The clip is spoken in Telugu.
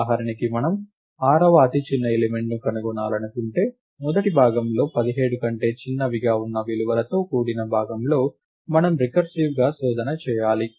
ఉదాహరణకు మనం 6వ అతిచిన్న ఎలిమెంట్ ను కనుగొనాలనుకుంటే మొదటి భాగంలో 17 కంటే చిన్నవిగా ఉన్న విలువలతో కూడిన భాగంలో మనం రికర్సివ్ గా శోధనను చేయాలి